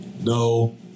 No